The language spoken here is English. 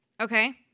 okay